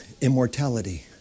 immortality